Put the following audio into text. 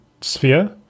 sphere